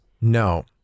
No